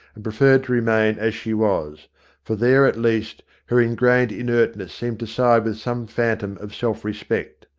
and preferred to remain as she was for there at least her ingrained inertness seemed to side with some phantom of self-respect.